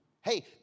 Hey